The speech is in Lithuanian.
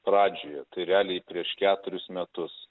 pradžioje tai realiai prieš keturis metus